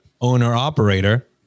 owner-operator